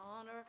honor